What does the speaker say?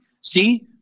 see